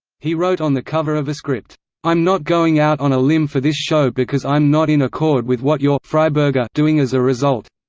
he wrote on the cover of a script i'm not going out on a limb for this show because i'm not in accord with what you're but and doing as a result.